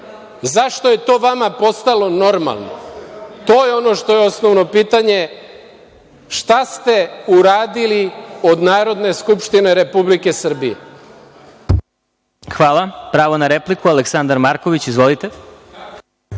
Zašto je to vama postalo normalno? To je ono što je osnovno pitanje. Šta se uradili od Narodne skupštine Republike Srbije? **Vladimir Marinković** Hvala. Pravo na repliku, Aleksandar Marković. Izvolite.